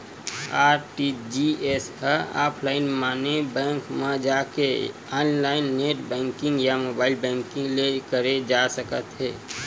RTGS ह offline माने bank म जाके या ऑनलाईन नेट बेंकिंग या मोबाईल बेंकिंग ले करे जा सकत हे